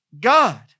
God